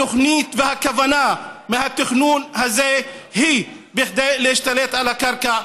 התוכנית והכוונה בתכנון הזה היא כדי להשתלט על הקרקע.